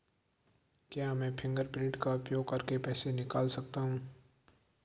क्या मैं फ़िंगरप्रिंट का उपयोग करके पैसे निकाल सकता हूँ?